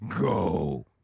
Go